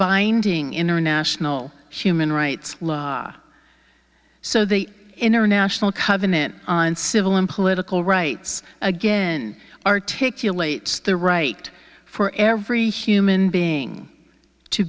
binding international human rights so the international covenant on civil and political rights again articulate the right for every human being to